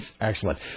Excellent